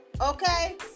okay